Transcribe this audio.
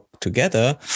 together